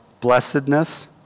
blessedness